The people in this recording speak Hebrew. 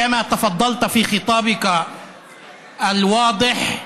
כמו שכבר אמרת במהלך נאומך הרהוט,